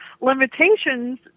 limitations